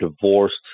divorced